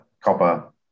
copper